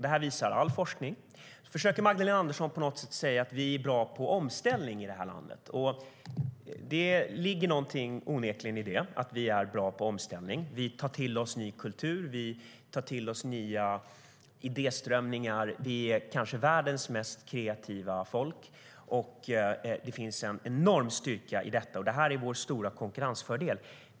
Det visar all forskning. Magdalena Andersson försöker säga att vi är bra på omställning i det här landet. Det ligger onekligen någonting i det. Vi är bra på omställning: Vi tar till oss ny kultur och nya idéströmningar, och vi är kanske världens mest kreativa folk. Det finns en enorm styrka i detta, och det är vår stora konkurrensfördel.